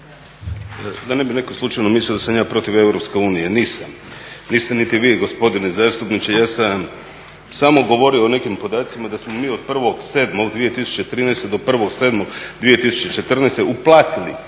Da ne bi netko slučajno mislio da sam ja protiv EU, nisam. Niste niti vi gospodine zastupniče. Ja sam samo govorio o nekim podacima da smo mi od 01.07.2013. do 01.07.2014. uplatili